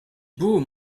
beau